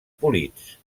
polits